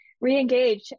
re-engage